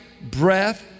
breath